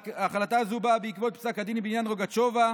החלטה זו באה בעקבות פסק הדין בעניין רגצ'ובה,